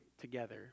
together